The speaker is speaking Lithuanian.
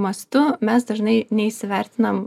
mastu mes dažnai neįsivertinam